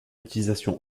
utilisation